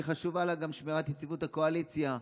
חשובה לה גם שמירת יציבות הקואליציה.